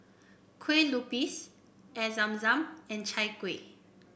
Kueh Lopes Air Zam Zam and Chai Kueh